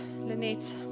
Lynette